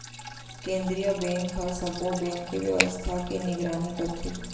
केंद्रीय बेंक ह सब्बो बेंक के बेवस्था के निगरानी करथे